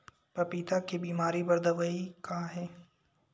पपीता के बीमारी बर दवाई का हे?